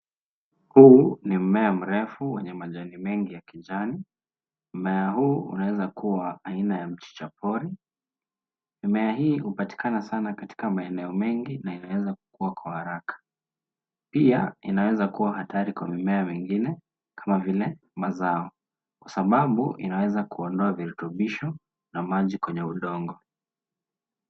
Huu ni mmea mrefu wenye majani mengi ya kijani. Mmea huu unaweza kuwa aina ya mchicha pori. Mimea hii hupatikana sana katika maeneo mengi na inaweza kukua kwa haraka. Pia inaweza kuwa hatari kwa mimea mingine kama vile mazao, kwasababu inaweza kuondoa virutubisho na maji kwenye udongo.